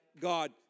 God